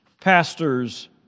pastors